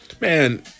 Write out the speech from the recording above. man